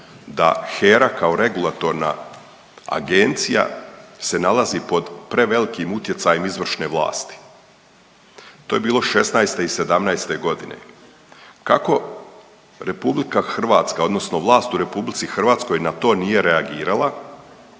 da HERA kao regulatorna agencija se nalazi pod prevelikim utjecajem izvršne vlasti. To je bilo '16. i '17. godine. Kako RH odnosno vlast u RH na to nije reagirala